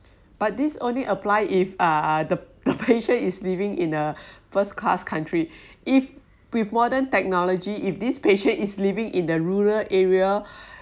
but this only applies if uh the the patient is living in a first class country if with modern technology if this patient is living in the rural area